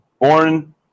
Born